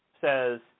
says